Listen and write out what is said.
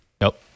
nope